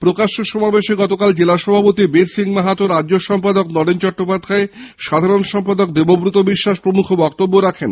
প্রকাশ্য সমাবেশে গতকাল জেলা সভাপতি বীর সিং মাহাতো রাজ্য সম্পাদক নরেন চট্টোপাধ্যায় সাধারণ সম্পাদক দেবব্রত বিশ্বাস প্রমুখ বক্তব্য রাখেন